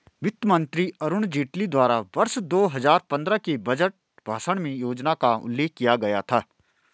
वित्त मंत्री अरुण जेटली द्वारा वर्ष दो हजार पन्द्रह के बजट भाषण में योजना का उल्लेख किया गया था